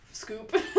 scoop